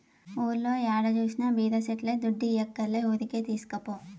ఊర్లో ఏడ జూసినా బీర సెట్లే దుడ్డియ్యక్కర్లే ఊరికే తీస్కపో